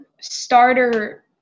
starter